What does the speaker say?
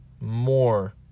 more